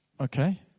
Okay